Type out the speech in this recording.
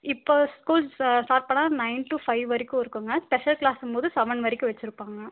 இப்போ school start பண்ணால் nine to five வரைக்கும் இருக்கும்ங்க ஸ்பெஷல் கிளாஸ்ங்கும்போது செவன் வரைக்கும் வைச்சிருப்பாங்க